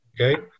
okay